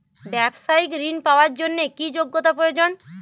ব্যবসায়িক ঋণ পাওয়ার জন্যে কি যোগ্যতা প্রয়োজন?